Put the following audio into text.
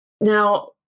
Now